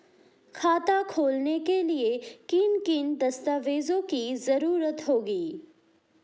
खाता खोलने के लिए किन किन दस्तावेजों की जरूरत होगी?